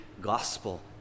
gospel